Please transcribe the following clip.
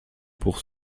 pour